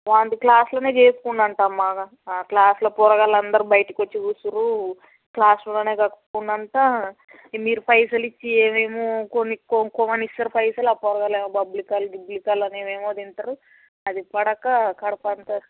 వాంతి క్లాస్లో చేసుకుండంటమ్మ ఆ క్లాస్లో పోరగాళ్ళు అందరు బయటకి వచ్చి కూసుర్రు క్లాస్ రూంలో కక్కుకుండు అంట మీరు పైసలు ఇచ్చి ఏమేమో కొనుక్కో కొనుక్కోమని అనిస్తారు పైసలు ఆ పోరగాళ్ళు ఏమో బబుల్గం గిబ్లికాలు అని ఏమేమో తింటారు అది పడక కడుపు అంతా